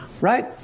Right